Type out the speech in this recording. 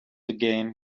again